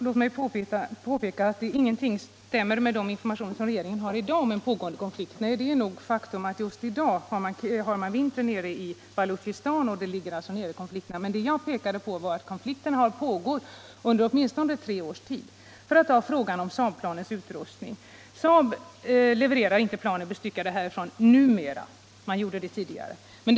Herr talman! Ingenting stämmer med de informationer om en pågående konflikt som regeringen har i dag. Det är nog ett faktum att just nu har man vinter i Baluchistan och konflikterna ligger nere. Men det jag pekade på var att konflikterna har pågått under åtminstone tre års tid och under den tid tillstånd givits. Till frågan om SAAB-planens utrustning! SAAB levererar inte planen bestyckade härifrån numera. Man gjorde det tidigare.